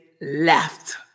left